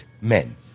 men